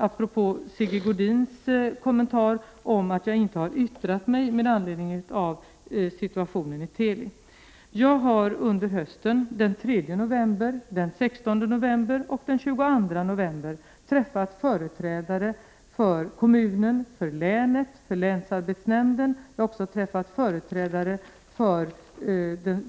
Apropå Sigge Godins kommentar om att jag inte har yttrat mig med anledning av situationen vid Teli vill jag säga att jag under hösten, den 3, den 16 och den 22 november, träffat företrädare för kommunen, länet och länsarbetsnämnden. Jag har också träffat företrädare för